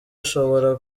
ashobora